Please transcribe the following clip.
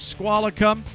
Squalicum